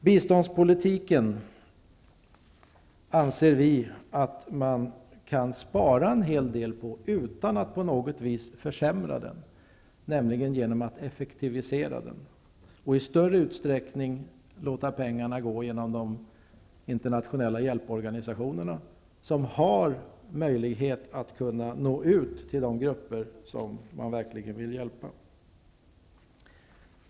Biståndspolitiken kan man enligt vår mening spara en hel del på, utan att på något vis försämra den, nämligen genom att effektivisera den och i större utsträckning låta pengarna gå genom de internationella hjälporganisationerna, som har möjlighet att nå ut till de grupper som man verkligen vill hjälpa.